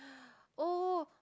oh